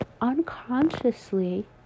unconsciously